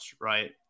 right